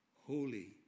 Holy